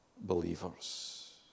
believers